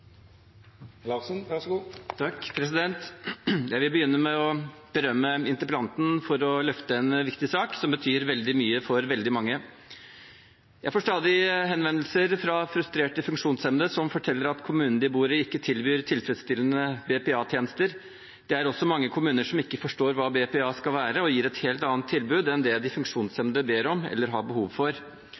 Jeg vil begynne med å berømme interpellanten for å løfte en sak som betyr veldig mye for veldig mange. Jeg får stadig henvendelser fra frustrerte funksjonshemmede som forteller at kommunen de bor i, ikke tilbyr tilfredsstillende BPA-tjenester. Det er også mange kommuner som ikke forstår hva BPA skal være, og gir et helt annet tilbud enn det de funksjonshemmede ber om eller har behov for.